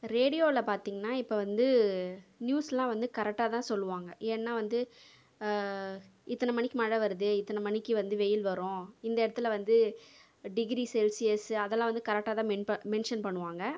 ரேடியோவில் பார்த்தீங்கன்னா இப்போ வந்து நியூஸில் வந்து கரெக்டாக தான் சொல்வாங்க ஏன்னா வந்து இத்தனை மணிக்கு மழை வருது எத்தனை மணிக்கு வந்து வெயில் வரும் இந்த இடத்தில் வந்து டிகிரி செல்சியஸ் அதெல்லாம் வந்து கரெக்டாக தான் மென்ஷன் பண்ணுவாங்க